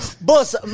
Boss